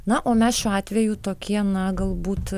na o mes šiuo atveju tokie na galbūt